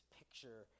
picture